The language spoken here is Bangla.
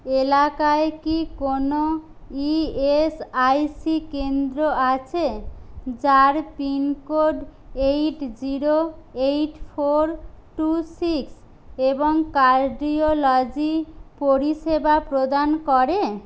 এলাকায় কি কোনও ই এস আই সি কেন্দ্র আছে যার pincode eight zero eight four two six এবং কার্ডিওলজি পরিষেবা প্রদান করে